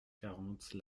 quarante